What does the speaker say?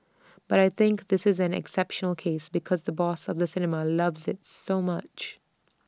but I think this is an exceptional case because the boss of the cinema loves IT so much